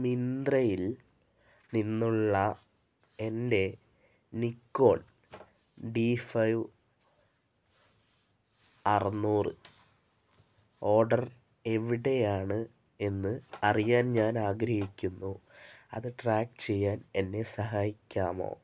മിന്ത്രയിൽ നിന്നുള്ള എൻ്റെ നിക്കോൺ ഡി ഫൈവ് അറുന്നൂറ് ഓര്ഡർ എവിടെയാണ് എന്ന് അറിയാൻ ഞാനാഗ്രഹിക്കുന്നു അത് ട്രാക്ക് ചെയ്യാൻ എന്നെ സഹായിക്കാമോ